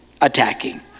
attacking